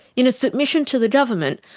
in a submission to the government,